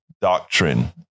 Doctrine